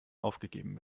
aufgegeben